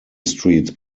streets